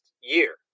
year